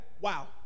Wow